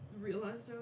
realized